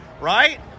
right